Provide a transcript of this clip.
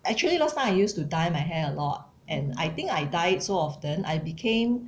actually last time I used to dye my hair a lot and I think I dye it so often I became